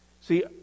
See